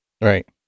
Right